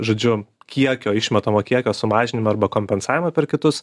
žodžiu kiekio išmetamo kiekio sumažinimo arba kompensavimo per kitus